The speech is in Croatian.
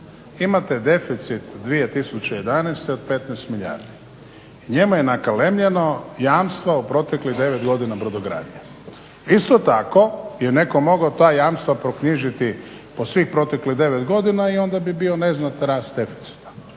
imate deficit 2011. od 15 milijardi i njemu je nakalemljeno jamstvo u proteklih 9 godina brodogradnje. Isto tako je netko mogao ta jamstva proknjižiti po svih proteklih 9 godina i onda bi bio neznatan rast deficita.